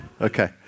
Okay